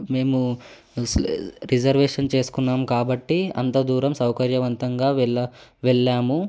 మేము రిజర్వేషన్ చేసుకున్నాము కాబట్టి అంత దూరం సౌకర్యవంతంగా వెళ్ళా వెళ్ళాము